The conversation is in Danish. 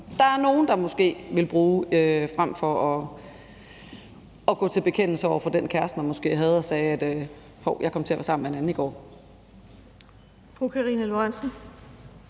som nogle måske vil bruge frem for at gå til bekendelse over for den kæreste, man måske havde, og sige: Hov, jeg kom til at være sammen med en anden i går.